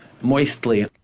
moistly